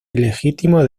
ilegítimo